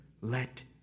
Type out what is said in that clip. let